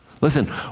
Listen